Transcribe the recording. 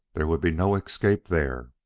there would be no escape there.